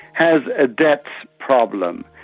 has a debt problem.